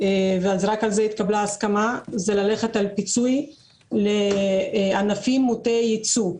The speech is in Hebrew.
- ורק על זה התקבלה ההסכמה ללכת על פיצוי לענפים מוטי ייצוא,